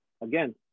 again